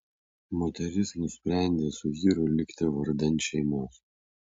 moteris nusprendė su vyru likti vardan šeimos